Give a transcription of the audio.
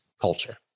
culture